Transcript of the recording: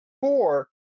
four